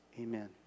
Amen